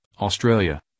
Australia